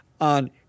on